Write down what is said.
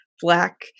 black